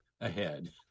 ahead